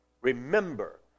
Remember